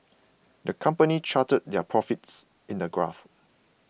the company charted their profits in a graph